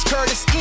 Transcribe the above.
Curtis